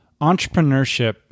entrepreneurship